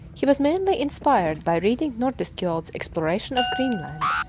he was mainly inspired by reading nordenskiold's exploration of greenland,